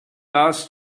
asked